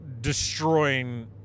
destroying